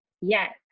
Yes